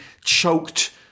choked